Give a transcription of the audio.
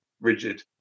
rigid